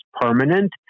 permanent